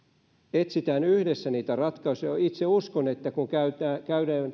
etsitään yhdessä niitä ratkaisuja itse uskon että kun käydään